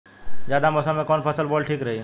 जायद मौसम में कउन फसल बोअल ठीक रहेला?